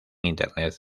internet